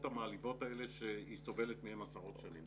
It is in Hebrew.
המעליבות האלה שהיא סובלת מהן עשרות שנים.